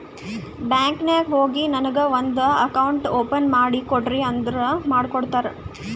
bank ನಾಗ್ ಹೋಗಿ ನನಗ ಒಂದ್ ಅಕೌಂಟ್ ಓಪನ್ ಮಾಡಿ ಕೊಡ್ರಿ ಅಂದುರ್ ಮಾಡ್ಕೊಡ್ತಾರ್